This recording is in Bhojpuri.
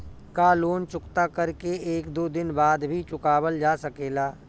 का लोन चुकता कर के एक दो दिन बाद भी चुकावल जा सकेला?